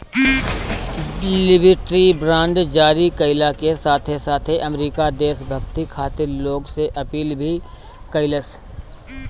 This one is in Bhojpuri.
लिबर्टी बांड जारी कईला के साथे साथे अमेरिका देशभक्ति खातिर लोग से अपील भी कईलस